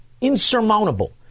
insurmountable